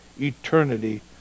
eternity